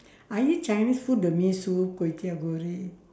I eat chinese food the mee soup kway-teow-goreng